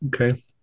okay